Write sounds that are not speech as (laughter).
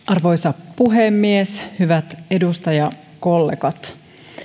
(unintelligible) arvoisa puhemies hyvät edustajakollegat